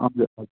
हजुर